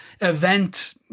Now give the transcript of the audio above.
event